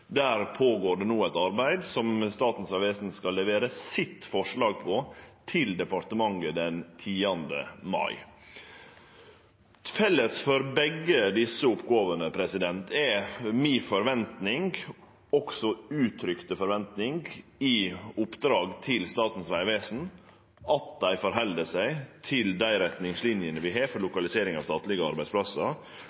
Der går det no føre seg eit arbeid, og Statens vegvesen skal levere sitt forslag til departementet den 10. mai. Felles for begge desse oppgåvene er mi forventing – også uttrykte forventing – om at Statens vegvesen i oppdraget held seg til dei retningslinjene vi har for